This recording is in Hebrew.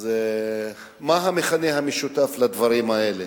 אז מה המכנה המשותף לדברים האלה?